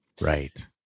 Right